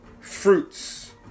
fruits